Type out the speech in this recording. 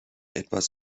etwas